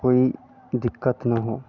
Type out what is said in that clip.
कोई दिक्कत न हो